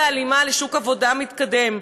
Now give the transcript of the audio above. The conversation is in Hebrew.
בהלימה לשוק עבודה מתקדם,